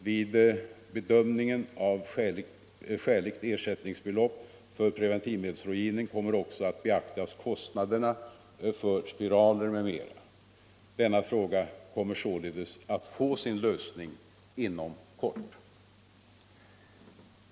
Vid bedömningen av vad som är skäligt ersättningsbelopp för preventivmedelsrådgivning kommer också att beaktas kostnaderna för spiraler m.m. Denna fråga kommer således att få sin lösning inom kort.